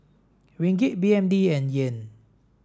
Ringgit B N D and Yen